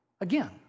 Again